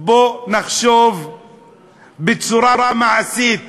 בואו נחשוב בצורה מעשית,